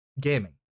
gaming